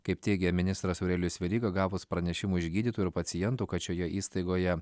kaip teigia ministras aurelijus veryga gavus pranešimą iš gydytojų ir pacientų kad šioje įstaigoje